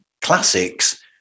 classics